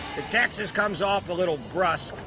texas comes off a little brusque,